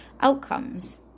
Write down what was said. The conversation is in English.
outcomes